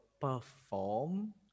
perform